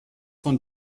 von